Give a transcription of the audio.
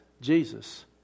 Jesus